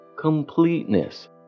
Completeness